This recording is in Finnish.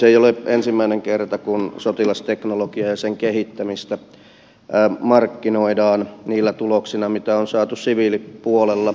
ei ole ensimmäinen kerta kun sotilasteknologiaa ja sen kehittämistä markkinoidaan niillä tuloksilla joita on saatu siviilipuolella